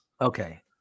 Okay